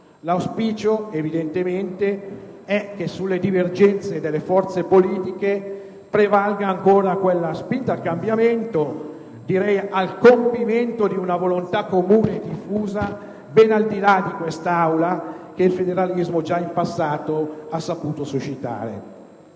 L'auspicio, evidentemente, è che sulle divergenze delle forze politiche prevalga ancora quella spinta al cambiamento, direi al compimento di una volontà comune e diffusa ben al di là di quest'Aula, che il federalismo già in passato ha saputo suscitare.